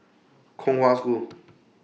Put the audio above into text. Kong Hwa School